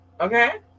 Okay